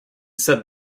said